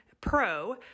PRO